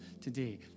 today